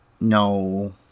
No